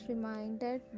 Reminded